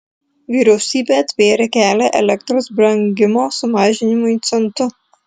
vyriausybė atvėrė kelią elektros brangimo sumažinimui centu